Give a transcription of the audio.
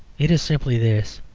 it is simply this